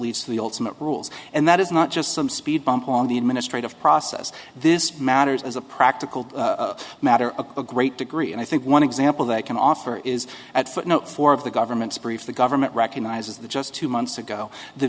leads to the ultimate rules and that is not just some speed bump on the administrative process this matters as a practical matter a great degree and i think one example that can offer is at footnote four of the government's brief the government recognizes the just two months ago the